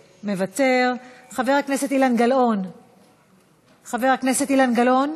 מוותר, חבר הכנסת אילן גלאון,